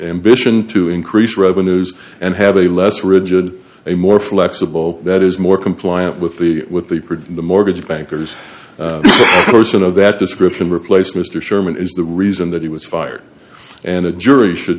ambition to increase revenues and have a less rigid a more flexible that is more compliant with the with the produce the mortgage bankers or sort of that description replace mr sherman is the reason that he was fired and a jury should